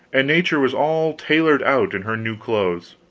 and nature was all tailored out in her new clothes.